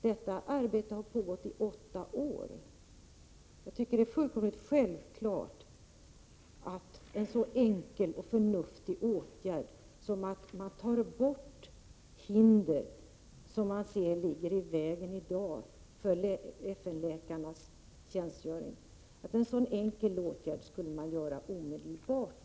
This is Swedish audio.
Detta arbete har pågått i åtta år, och det är fullkomligt självklart att en så enkel och förnuftig åtgärd som att ta bort hinder som i dag ligger i vägen för FN-läkarnas tjänstgöring omedelbart skall vidtas.